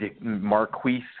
Marquise